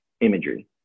imagery